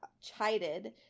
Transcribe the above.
chided